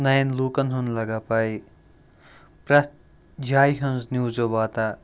نایَن لوٗکَن ہُنٛد لَگا پاے پرٛٮ۪تھ جایہِ ہٕنٛز نِوزٕ واتان